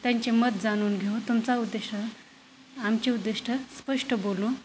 त्यांचे मत जाणून घेऊन तुमचा उद्देश आमची उद्दिष्ट स्पष्ट बोलू